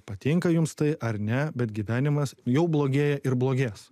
patinka jums tai ar ne bet gyvenimas jau blogėja ir blogės